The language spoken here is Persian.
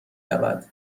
رود